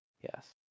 Yes